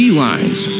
lines